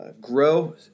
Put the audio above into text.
grow